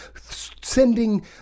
sending